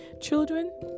Children